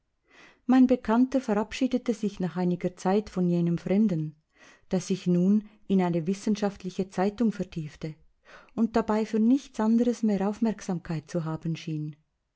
mein bekannter verabschiedete sich nach einiger zeit von jenem fremden der sich nun in eine wissenschaftliche zeitung vertiefte und dabei für nichts anderes mehr aufmerksamkeit zu haben schien